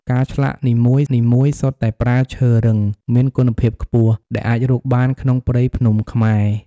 ការឆ្លាក់នីមួយៗសុទ្ធតែប្រើឈើរឹង មានគុណភាពខ្ពស់ ដែលអាចរកបានក្នុងព្រៃភ្នំខ្មែរ។